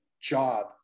job